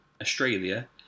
Australia